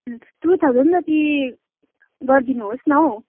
to thousand जति गरिदिनु होस् न हो